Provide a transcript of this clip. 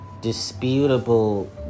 Disputable